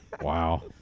wow